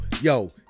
yo